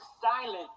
silent